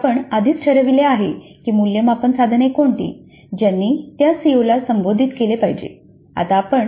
सीओसाठी आपण आधीच ठरविले आहे की मूल्यमापन साधने कोणती ज्यानी त्या सीओला संबोधित केले पाहिजे